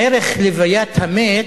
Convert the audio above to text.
ערך הלוויית המת